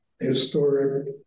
historic